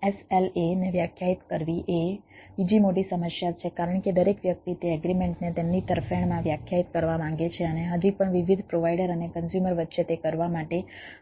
SLA ને વ્યાખ્યાયિત કરવી એ બીજી મોટી સમસ્યા છે કારણ કે દરેક વ્યક્તિ તે એગ્રીમેન્ટને તેમની તરફેણમાં વ્યાખ્યાયિત કરવા માંગે છે અને હજી પણ વિવિધ પ્રોવાઈડર અને કન્ઝ્યુમર વચ્ચે તે કરવા માટે